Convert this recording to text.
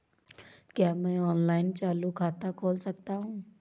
क्या मैं ऑनलाइन चालू खाता खोल सकता हूँ?